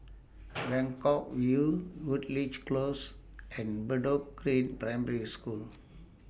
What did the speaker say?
Buangkok View Woodleigh Close and Bedok Green Primary School